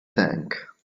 tank